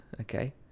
Okay